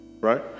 right